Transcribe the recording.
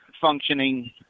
functioning